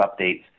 updates